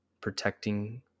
Protecting